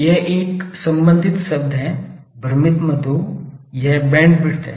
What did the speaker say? यह एक संबंधित शब्द है भ्रमित मत हो यह बैंडविड्थ है